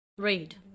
read